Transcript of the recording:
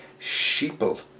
sheeple